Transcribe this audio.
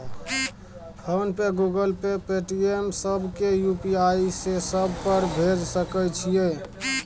Phone पे, Google Pay, Paytm, सब के UPI से सब पर भेज सके छीयै?